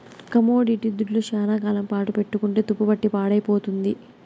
commodity దుడ్లు శ్యానా కాలం పాటు పెట్టుకుంటే తుప్పుపట్టి పాడైపోతుంది